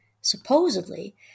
supposedly